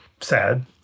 sad